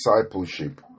discipleship